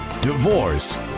divorce